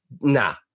nah